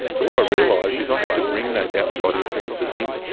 so what i realised is i had to bring those outside influences in.